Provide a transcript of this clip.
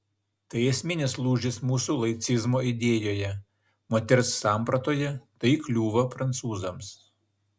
tai esminis lūžis mūsų laicizmo idėjoje moters sampratoje tai kliūva prancūzams